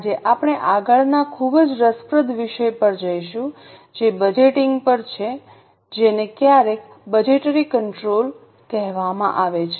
આજે આપણે આગળના ખૂબ જ રસપ્રદ વિષય પર જઈશું જે બજેટિંગ પર છે જેને ક્યારેક બજેટરી કંટ્રોલ કહેવામાં આવે છે